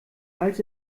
als